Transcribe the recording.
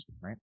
right